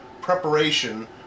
preparation